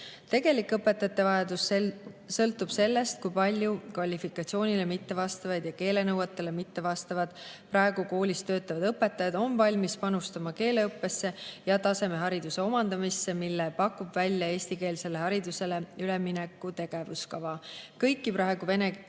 Tegelik õpetajate vajadus sõltub sellest, kui paljud kvalifikatsiooninõuetele ja keelenõuetele mittevastavad praegu koolis töötavad õpetajad on valmis panustama keeleõppesse ja tasemehariduse omandamisse, mille pakub välja eestikeelsele haridusele ülemineku tegevuskava. Kõiki praegu vene